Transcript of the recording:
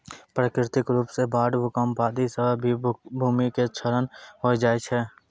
प्राकृतिक रूप सॅ बाढ़, भूकंप आदि सॅ भी भूमि के क्षरण होय जाय छै